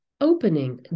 opening